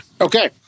Okay